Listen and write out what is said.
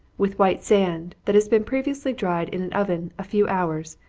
with white sand, that has been previously dried in an oven a few hours,